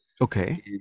Okay